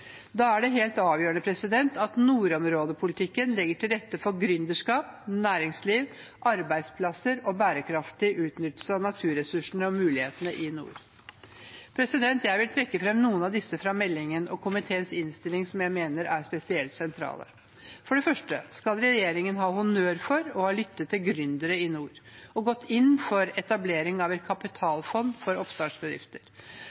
Da er det helt avgjørende at nordområdepolitikken legger til rette for gründerskap, næringsliv, arbeidsplasser og bærekraftig utnyttelse av naturressursene og mulighetene i nord. Jeg vil trekke fram noen av disse fra meldingen og komiteens innstilling som jeg mener er spesielt sentrale. For det første skal regjeringen ha honnør for å ha lyttet til gründere i nord og gått inn for etablering av et